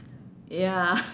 ya